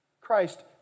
Christ